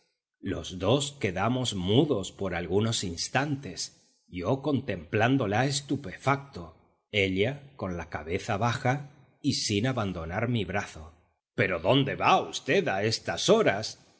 los dos quedamos mudos por algunos instantes yo contemplándola estupefacto ella con la cabeza baja y sin abandonar mi brazo pero dónde va v a estas horas